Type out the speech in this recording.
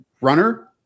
runner